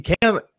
Cam